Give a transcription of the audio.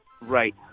right